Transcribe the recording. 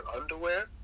underwear